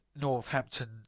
Northampton